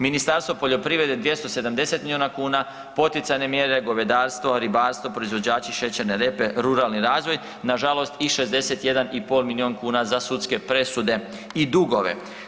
Ministarstvo poljoprivrede 270 miliona kuna, poticajne mjere, govedarstvo, ribarstvo, proizvođači šećerne repe, ruralni razvoj, nažalost i 61,5 milion kuna za sudske presude i dugove.